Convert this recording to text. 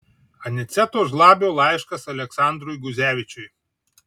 aniceto žlabio laiškas aleksandrui guzevičiui